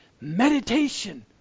Meditation